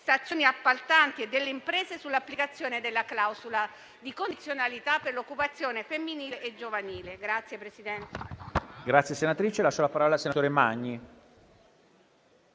stazioni appaltanti e delle imprese sull'applicazione della clausola di condizionalità per l'occupazione femminile e giovanile.